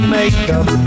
makeup